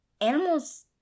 Animals